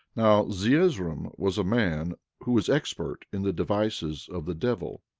now zeezrom was a man who was expert in the devices of the devil,